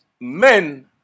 men